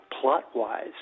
plot-wise